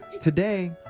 today